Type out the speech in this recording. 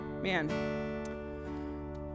Man